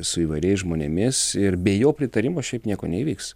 su įvairiais žmonėmis ir be jo pritarimo šiaip nieko neįvyks